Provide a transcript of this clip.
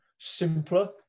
simpler